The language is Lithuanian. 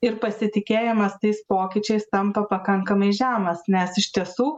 ir pasitikėjimas tais pokyčiais tampa pakankamai žemas nes iš tiesų